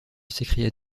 s’écria